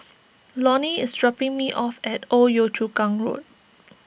Lonny is dropping me off at Old Yio Chu Kang Road